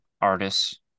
artists